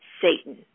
Satan